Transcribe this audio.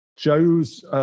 Joe's